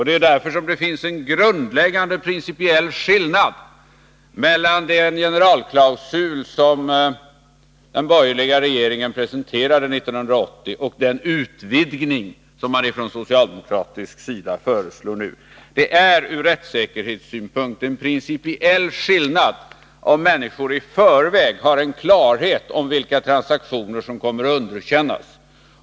Det är därför som det finns en grundläggande principiell skillnad mellan den generalklausul som den borgerliga regeringen presenterade 1980 och den utvidgning som man från socialdemokratisk sida nu föreslår. Det är ur rättssäkerhetssynpunkt en principiell skillnad om människor i förväg har klarhet om vilka transaktioner som kommer att underkännas.